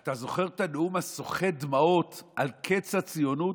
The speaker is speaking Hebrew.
אתה זוכר את הנאום סוחט הדמעות על קץ הציונות?